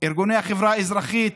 ארגוני החברה האזרחית,